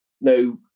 no